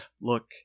Look